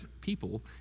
people